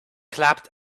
clapped